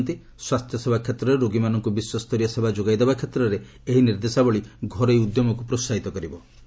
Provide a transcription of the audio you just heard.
ନୀତି ଆୟୋଗ ସିଇଓ ଅମିତାଭ୍ କାନ୍ତ୍ କହିଛନ୍ତି ସ୍ୱାସ୍ଥ୍ୟସେବା କ୍ଷେତ୍ରରେ ରୋଗୀମାନଙ୍କୁ ବିଶ୍ୱସ୍ତରୀୟ ସେବା ଯୋଗାଇଦେବା କ୍ଷେତ୍ରରେ ଏହି ନିର୍ଦ୍ଦେଶାବଳୀ ଘରୋଇ ଉଦ୍ୟମକୁ ପ୍ରୋସାହିତ କରିବ